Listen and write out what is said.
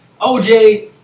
OJ